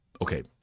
Okay